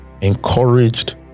Encouraged